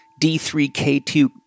D3K2